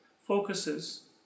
focuses